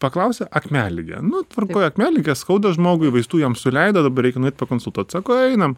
paklausė akmenligė nu tvarkoj akmenligė skauda žmogui vaistų jam suleido dabar reikia nueit pakonsultuot sako einam